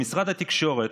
במשרד התקשורת,